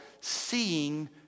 seeing